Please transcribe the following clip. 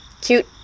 Cute